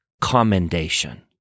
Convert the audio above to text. commendation